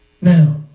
Now